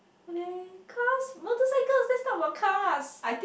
okay cars motorcycles let's talk about cars